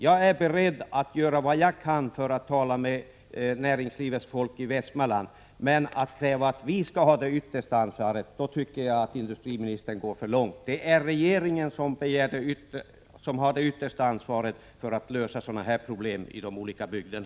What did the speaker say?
Jag är beredd att göra vad jag kan för att tala med näringslivets folk i Västmanland, men om industriministern kräver att vi skall ha det yttersta ansvaret då går han för långt. Det är regeringen som har ansvaret för att lösa sådana här problem i de olika bygderna.